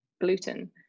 gluten